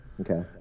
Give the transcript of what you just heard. Okay